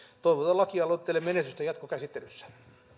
toivotan lakialoitteelle menestystä jatkokäsittelyssä